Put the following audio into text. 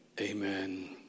Amen